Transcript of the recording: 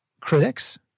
critics